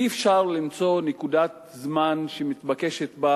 אי-אפשר למצוא נקודת זמן שמתבקשת בה